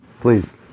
Please